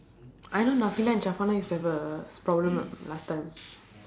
I know and used to have a problem lah last time